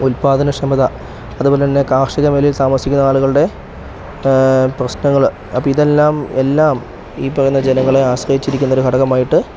ഉൽപാദനക്ഷമത അതേപോലെ തന്നെ കാർഷിക മേഖലയിൽ താമസിക്കുന്ന ആളുകളുടെ പ്രശ്നങ്ങൾ അപ്പം ഇതെല്ലാം എല്ലാം ഈ പറയുന്ന ജനങ്ങളെ ആശ്രയിച്ചിരിക്കുന്ന ഒരു ഘടകമായിട്ട്